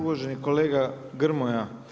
Uvaženi kolega Grmoja.